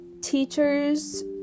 teachers